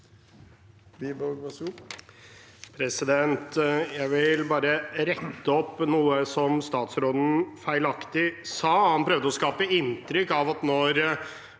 Jeg vil bare rette opp noe statsråden feilaktig sa. Han prøvde å skape inntrykk av at når